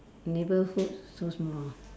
neighbourhood so small